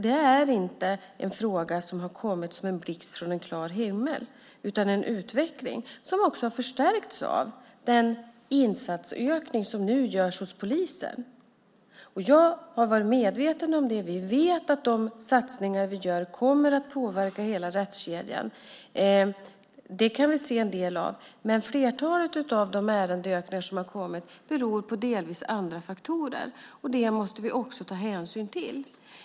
Det är inte en fråga som har kommit som en blixt från en klar himmel. Det är en utveckling som också har förstärkts av den insatsökning som nu görs hos polisen. Jag har varit medveten om det. Vi vet att de satsningar vi gör kommer att påverka hela rättskedjan. Det kan vi se en del av. Men flertalet av de ärendeökningar som har kommit beror på delvis andra faktorer. Det måste vi också ta hänsyn till.